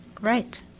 Right